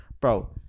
bro